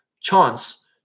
chance